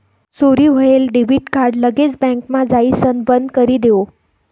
चोरी व्हयेल debit card लगेच बँकमा जाइसण बंदकरी देवो